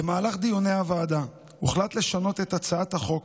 במהלך דיוני הוועדה הוחלט לשנות את הצעת החוק